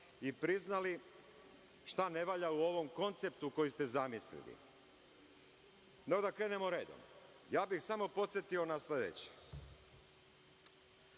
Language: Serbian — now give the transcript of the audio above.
i priznali šta ne valja u ovom konceptu koji ste zamislili.No, da krenemo redom. Samo bih podsetio na sledeće: